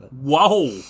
Whoa